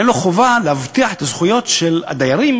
אין עליו חובה להבטיח את הזכויות של הדיירים